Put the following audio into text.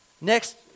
Next